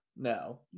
No